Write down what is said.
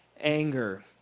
anger